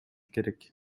керек